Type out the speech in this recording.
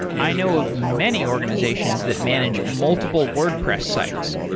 i know of many organizations that manage multiple wordpress sites.